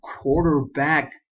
quarterback